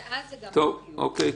או-קיי.